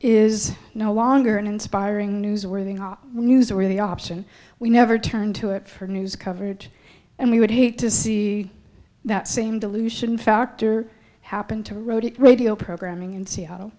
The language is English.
is no longer an inspiring newsworthy news or the option we never turn to it for news coverage and we would hate to see that same dilution factor happen to road radio programming in seattle